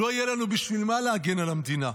לא יהיה לנו בשביל מה להגן על המדינה.